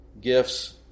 gifts